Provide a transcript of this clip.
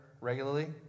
regularly